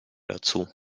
dazu